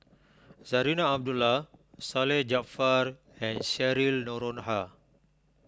Zarinah Abdullah Salleh Japar and Cheryl Noronha